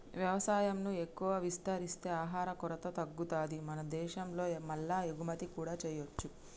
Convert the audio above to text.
వ్యవసాయం ను ఎక్కువ విస్తరిస్తే ఆహార కొరత తగ్గుతది మన దేశం లో మల్ల ఎగుమతి కూడా చేయొచ్చు